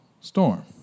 storm